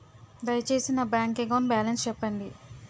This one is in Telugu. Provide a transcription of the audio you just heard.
దయచేసి నా బ్యాంక్ అకౌంట్ బాలన్స్ చెప్పండి